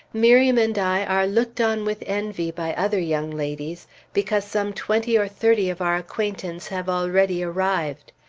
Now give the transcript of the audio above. miriam and i are looked on with envy by other young ladies because some twenty or thirty of our acquaintance have already arrived.